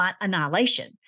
annihilation